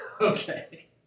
Okay